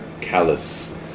callous